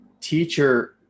teacher